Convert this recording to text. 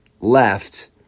left